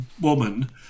woman